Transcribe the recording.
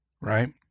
Right